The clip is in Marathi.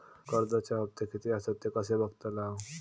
कर्जच्या हप्ते किती आसत ते कसे बगतलव?